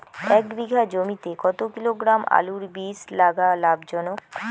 এক বিঘা জমিতে কতো কিলোগ্রাম আলুর বীজ লাগা লাভজনক?